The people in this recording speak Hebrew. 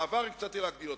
בעבר הצעתי להגדיל אותו,